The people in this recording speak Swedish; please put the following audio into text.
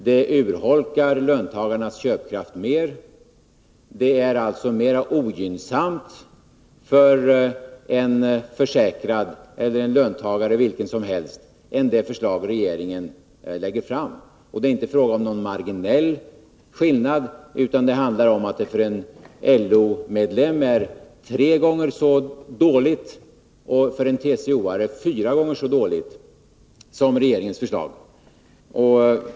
Det urholkar löntagarnas köpkraft mer och är mer ogynnsamt för en försäkrad eller löntagare vilken som helst än det förslag som regeringen lägger fram. Det är inte fråga om några marginella skillnader. För en LO-medlem är socialdemokraternas förslag tre gånger så dåligt och för en TCO-medlem fyra gånger så dåligt som regeringens förslag.